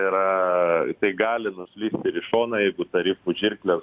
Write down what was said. yra tai gali nuslinkti į šoną jeigu tarifų žirklės